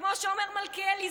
וכמו שאומר מלכיאלי,